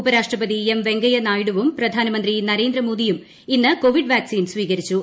ഉപരാഷ്ട്രപതി ഫിഠ വെങ്കയ്യ നായിഡുവും പ്രധാനമന്ത്രി നരേന്ദ്രമോദിയും ഇന്ന് കോവിഡ് വാക്സിൻ സ്വീകരിച്ചു